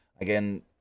Again